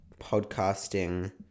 podcasting